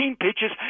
pitches